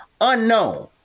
unknown